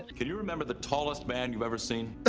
can you remember the tallest man you've ever seen?